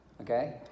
Okay